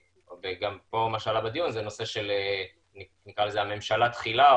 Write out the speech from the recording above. וגם פה מה שעלה בדיון זה נושא של הממשלה תחילה,